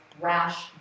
rash